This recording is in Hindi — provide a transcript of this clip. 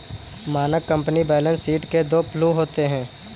मानक कंपनी बैलेंस शीट के दो फ्लू होते हैं